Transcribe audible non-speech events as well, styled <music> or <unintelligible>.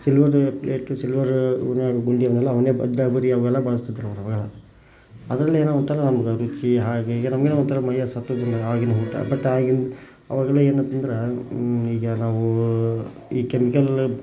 silver plate silver ಇದು <unintelligible> ಅವೆಲ್ಲ ಬಳಸ್ತಿದ್ರು ಅವ್ರು ಆವಾಗ ಅದರಲ್ಲೇನೋ ಒಂಥರ ರುಚಿ ಹಾಗೆ ಈಗ ನಮಗೆ ಒಂಥರ ಮೈಯ್ಯಲ್ಲಿ ಸತ್ವ ಇಲ್ಲ ಆಗಿಬ ಊಟ ಬಟ್ ಆಗಿನ ಆವಾಗೆಲ್ಲ ಏನಾರ ತಿಂದ್ರೆ ಈಗ ನಾವು ಈ ಕೆಮಿಕಲ್ಲ